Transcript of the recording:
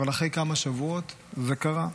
אבל אחרי כמה שבועות זה קרה.